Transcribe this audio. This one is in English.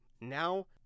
now